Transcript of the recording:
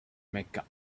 mecca